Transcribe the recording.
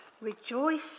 Rejoice